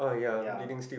ya